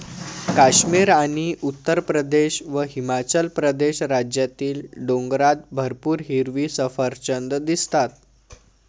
काश्मीर आणि उत्तरप्रदेश व हिमाचल प्रदेश राज्यातील डोंगरात भरपूर हिरवी सफरचंदं दिसतात